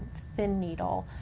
thin needle,